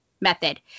method